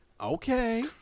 Okay